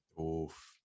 Oof